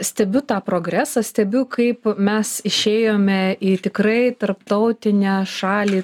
stebiu tą progresą stebiu kaip mes išėjome į tikrai tarptautinę šalį